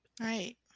right